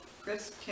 Chris